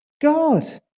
God